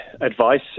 advice